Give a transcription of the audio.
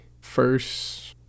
first